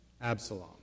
Absalom